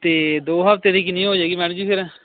ਅਤੇ ਦੋ ਹਫ਼ਤੇ ਦੀ ਕਿੰਨੀ ਹੋ ਜਾਵੇਗੀ ਮੈਡਮ ਜੀ ਫਿਰ